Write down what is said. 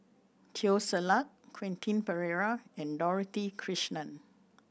Teo Ser Luck Quentin Pereira and Dorothy Krishnan